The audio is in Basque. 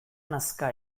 nazka